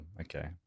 Okay